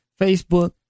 Facebook